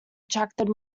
attracted